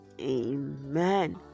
Amen